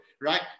right